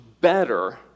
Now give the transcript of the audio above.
better